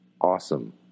Awesome